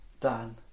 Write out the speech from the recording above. done